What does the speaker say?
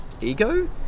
ego